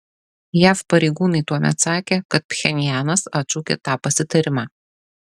jav pareigūnai tuomet sakė kad pchenjanas atšaukė tą pasitarimą